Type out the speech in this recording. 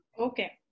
Okay